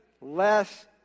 less